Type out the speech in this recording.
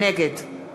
נגד